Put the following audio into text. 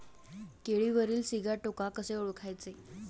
केळीवरील सिगाटोका कसे ओळखायचे?